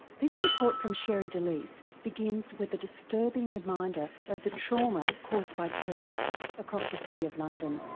this report from sherre delys begins with a disturbing reminder of the trauma caused by terrorists across the city of london.